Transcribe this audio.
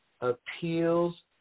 appeals